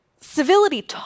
Civility